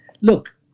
Look